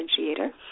differentiator